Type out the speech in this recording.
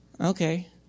okay